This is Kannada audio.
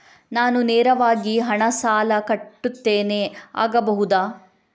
ನಾನು ನೇರವಾಗಿ ಹಣ ಸಾಲ ಕಟ್ಟುತ್ತೇನೆ ಆಗಬಹುದ?